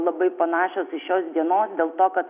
labai panašios į šios dienos dėl to kad